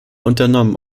unternommen